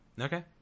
Okay